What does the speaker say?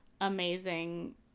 amazing